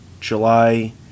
July